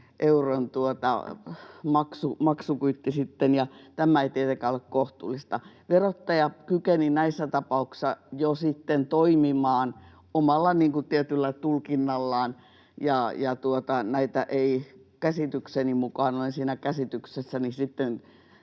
euron maksukuitti sitten, ja tämä ei tietenkään ole kohtuullista. Verottaja kykeni näissä tapauksissa jo sitten toimimaan omalla tietyllä tulkinnallaan, ja näitä ei käsitykseni mukaan — olen siinä käsityksessä — sitten